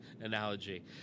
analogy